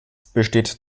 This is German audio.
besteht